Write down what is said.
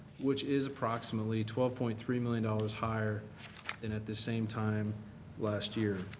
which is approximately twelve point three million dollars higher than at this same time last year.